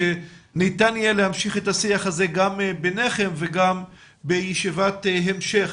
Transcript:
שניתן יהיה להמשיך את השיח הזה גם ביניכם וגם בישיבת המשך